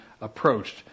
approached